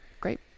great